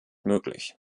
möglich